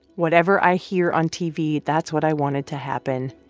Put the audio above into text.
whatever i hear on tv, that's what i wanted to happen.